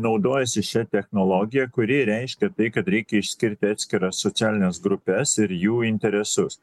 naudojasi šia technologija kuri reiškia tai kad reikia išskirti atskiras socialines grupes ir jų interesus